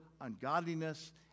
ungodliness